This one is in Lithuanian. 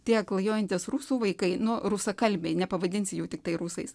tie klajojantys rusų vaikai nu rusakalbiai nepavadinsi jų tiktai rusais